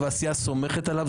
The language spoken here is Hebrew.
והסיעה סומכת עליו.